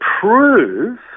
prove